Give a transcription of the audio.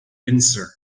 windsor